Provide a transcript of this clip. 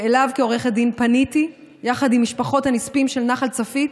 ואליו כעורכת דין פניתי יחד עם משפחות הנספים של נחל צפית,